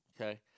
Okay